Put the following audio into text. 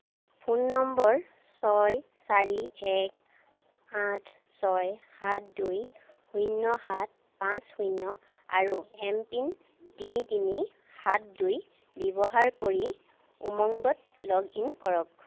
phone নম্বৰ ছয় চাৰি এক আঠ ছয় সাত দুই শূন্য সাত পাঁচ শূন্য আৰু এমপিন তিনি তিনি সাত দুই ব্যৱহাৰ কৰি উমংগত লগ ইন কৰক